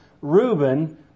Reuben